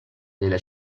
della